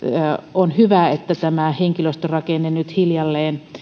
on hyvä että tämä henkilöstörakenne hiljalleen